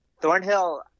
thornhill